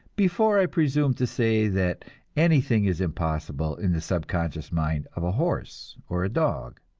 before i presume to say that anything is impossible in the subconscious mind of a horse or a dog.